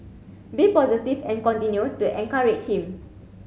be positive and continue to encourage him